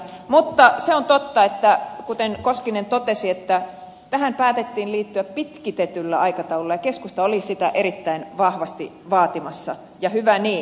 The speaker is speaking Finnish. mutta se on totta kuten koskinen totesi että tähän päätettiin liittyä pitkitetyllä aikataululla ja keskusta oli sitä erittäin vahvasti vaatimassa ja hyvä niin